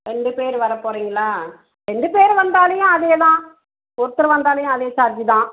ரெண்டுப் பேர் வரப்போறீங்களா ரெண்டுப் பேர் வந்தாலையும் அதேதான் ஒருத்தர் வந்தாலையும் அதே சார்ஜு தான்